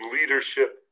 leadership